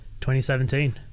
2017